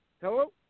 Hello